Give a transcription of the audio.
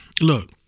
Look